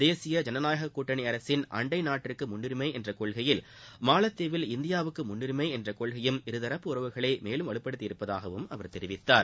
தேசிய ஜனநாயகக்கூட்டணி அரசின் அண்டை நாட்டிற்கு முன்னுரிமை என்ற கொள்கையில் மாலத்தீவில் இந்தியாவுக்கு முன்னுரிமை என்ற கொள்கையும் இருதரப்பு உறவுகளை மேலும் வலுப்படுத்தியிருப்பதாகவும் அவர் தெரிவித்தார்